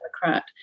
Democrat